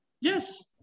Yes